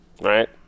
right